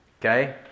Okay